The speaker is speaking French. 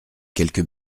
quelques